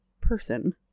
person